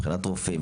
מבחינת רופאים,